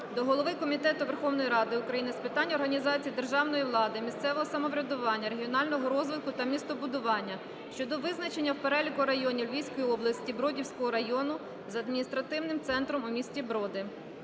до голови Комітету Верховної Ради України з питань організації державної влади, місцевого самоврядування, регіонального розвитку та містобудування щодо визначення в переліку районів Львівської області Бродівського району з адміністративним центром у місті Броди.